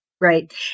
Right